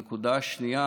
הנקודה השנייה,